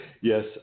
Yes